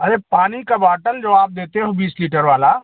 अरे पानी का वाटल जो आप देते हो बीस लीटर वाला